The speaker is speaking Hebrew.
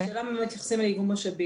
השאלה היא מה באמת יצא מאיגום משאבים.